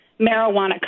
marijuana